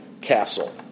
castle